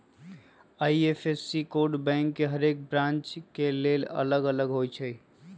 IFSC code bank के हरेक branch के लेल अलग अलग होई छै